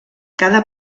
cada